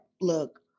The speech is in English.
look